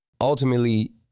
Ultimately